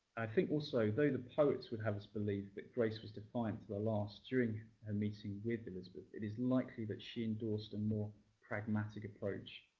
i think also although the poets would have us believe that grace was defiant to the last during her and meeting with elizabeth, it is likely that she endorsed a more pragmatic approach.